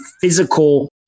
physical